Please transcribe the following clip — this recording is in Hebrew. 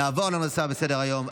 נעבור לנושא הבא בסדר-היום,